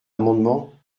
amendement